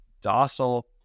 docile